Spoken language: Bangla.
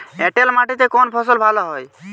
এঁটেল মাটিতে কোন ফসল ভালো হয়?